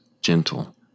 gentle